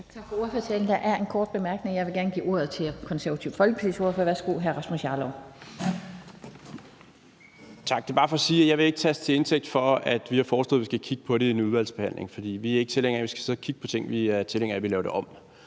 Tak for ordførertalen. Der er en kort bemærkning, og jeg vil gerne give ordet til Konservative Folkepartis ordfører. Værsgo til hr. Rasmus Jarlov. Kl. 12:32 Rasmus Jarlov (KF): Tak. Det er bare for at sige, at jeg ikke vil tages til indtægt for, at vi har foreslået, at vi skal kigge på det i en udvalgsbehandling, for vi er ikke tilhængere af, at vi skal sidde og kigge på tingene. Vi er tilhængere af, at vi laver det om,